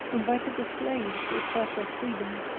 invited the slaves to assert their freedom,